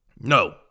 No